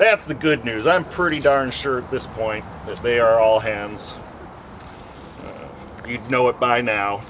that's the good news i'm pretty darn sure this point there's they are all hands you'd know it by now